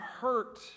hurt